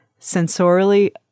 sensorially